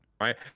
right